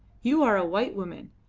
you are a white woman,